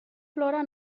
plora